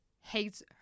hates